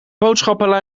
boodschappenlijst